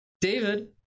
David